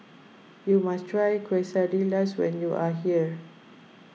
you must try Quesadillas when you are here